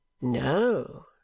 No